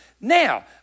Now